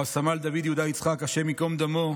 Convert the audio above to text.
רב-סמל דוד יהודה יצחק, השם ייקום דמו,